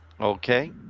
Okay